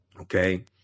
Okay